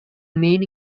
main